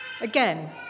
Again